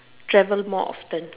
travel more often